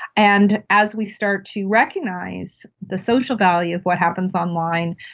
and as we start to recognise the social value of what happens online,